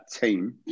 team